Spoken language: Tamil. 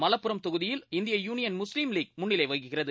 மலப்புரம் தொகுதியில் இந்திய யூனியன் முஸ்லீம் லீக் முன்னிலை வகிக்கிறது